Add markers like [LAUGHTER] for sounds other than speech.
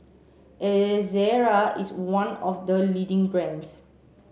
[UNINTELLIGIBLE] Ezerra is one of the leading brands